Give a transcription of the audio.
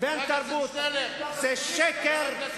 חבר הכנסת שנלר, בבקשה.